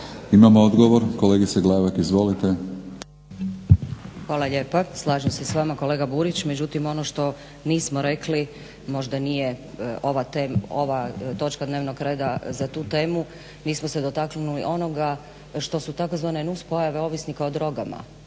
Imamo odgovor, kolegice Glavak izvolite. **Glavak, Sunčana (HDZ)** Hvala lijepa. Slažem se s vama kolega Burić. Međutim ono što nismo rekli možda nije ova točka dnevnog reda za tu temu. Nismo se dotaknuli onoga što su tzv. nuspojave ovisnika o drogama